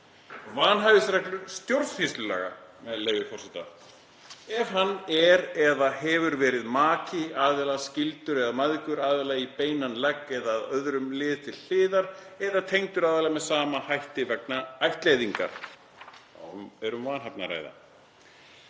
Vanhæfisreglur stjórnsýslulaga, með leyfi forseta: „Ef hann er eða hefur verið maki aðila, skyldur eða mægður aðila í beinan legg eða að öðrum lið til hliðar eða tengdur aðila með sama hætti vegna ættleiðingar.“ — Þá er um vanhæfi að ræða.